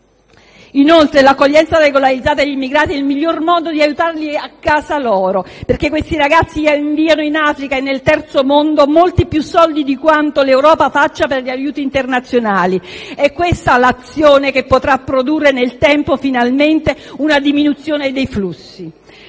Inoltre, l'accoglienza regolarizzata degli immigrati è il miglior modo di aiutarli a casa loro, perché questi ragazzi inviano in Africa e nel Terzo mondo molti più soldi di quanto l'Europa faccia con gli aiuti internazionali. È questa l'azione che nel tempo, finalmente, potrà produrre una diminuzione dei flussi.